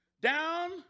down